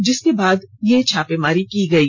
जिसके बाद छापामारी की गई